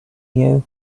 you